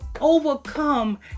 overcome